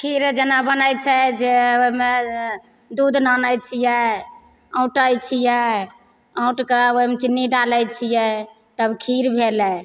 खीर जेना बनैत छै जे ओहिमे दूध लानैत छियै औटैत छियै औटके आब ओहिमे चीन्नी डालैत छियै तब खीर भेलै